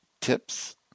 tips